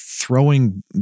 throwing